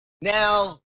Now